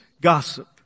gossip